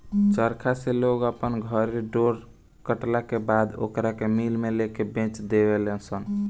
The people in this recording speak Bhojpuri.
चरखा से लोग अपना घरे डोरा कटला के बाद ओकरा के मिल में लेके बेच देवे लनसन